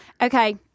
Okay